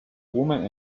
woman